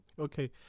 okay